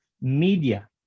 media